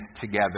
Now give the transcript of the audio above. together